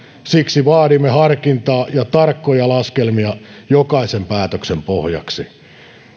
siksi vaadimme harkintaa ja tarkkoja laskelmia jokaisen päätöksen pohjaksi